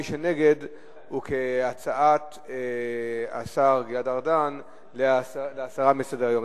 מי שנגד הוא בעד הצעת השר גלעד ארדן להסרה מסדר-היום.